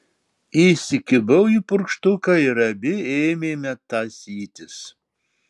įsikibau į purkštuką ir abi ėmėme tąsytis